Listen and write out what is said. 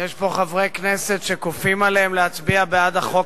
יש פה חברי כנסת שכופים עליהם להצביע בעד החוק